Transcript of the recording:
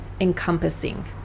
encompassing